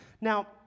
Now